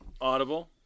Audible